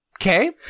Okay